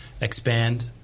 expand